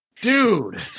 dude